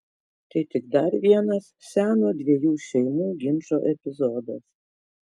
tai tik dar vienas seno dviejų šeimų ginčo epizodas